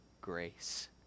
grace